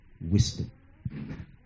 wisdom